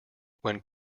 when